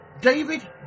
David